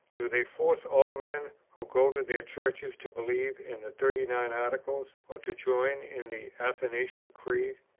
do they force all men who go to their churches to believe in the thirty nine articles, or to join in the athanasian creed?